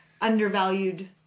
undervalued